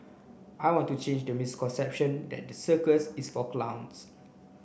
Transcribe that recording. I want to change the misconception that the circus is for clowns